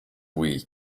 week